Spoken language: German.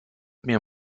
mir